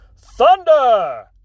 Thunder